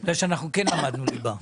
מפני שכן למדנו ליבה.